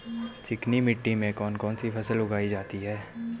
चिकनी मिट्टी में कौन कौन सी फसल उगाई जाती है?